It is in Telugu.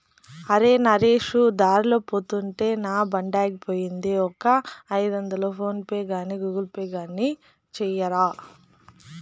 అరే, నరేసు దార్లో పోతుంటే నా బండాగిపోయింది, ఒక ఐదొందలు ఫోన్ పే గాని గూగుల్ పే గాని సెయ్యరా